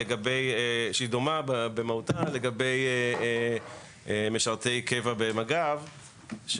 היא דומה במהותה לגבי משרתי קבע במג"ב,